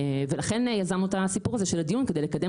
לכן יזמנו את הסיפור הזה של הדיון כדי לקדם